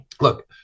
Look